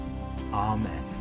amen